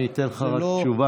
אני אתן לך תשובה.